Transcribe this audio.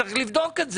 צריך לבדוק את זה.